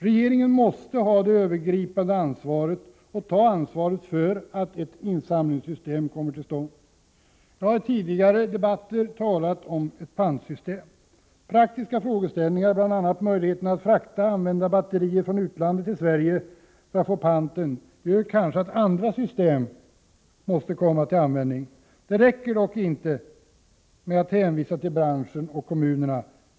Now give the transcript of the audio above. Regeringen måste ha det övergripande ansvaret och se till att ett insamlingssystem kommer till stånd. Jag har i tidigare debatter talat om ett pantsystem. Praktiska frågeställningar, bl.a. möjligheterna för enskilda att frakta använda batterier från utlandet till Sverige för att få ut panten, gör att andra system kanske måste komma till användning. Det räcker dock inte med att hänvisa till branschen och kommunerna.